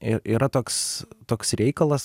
i yra toks toks reikalas